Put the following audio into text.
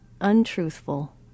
untruthful